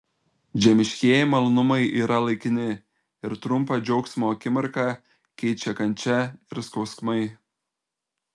žemiškieji malonumai yra laikini ir trumpą džiaugsmo akimirką keičia kančia ir skausmai